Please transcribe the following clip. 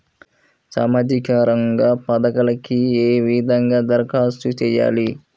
సామాజిక రంగ పథకాలకీ ఏ విధంగా ధరఖాస్తు చేయాలి?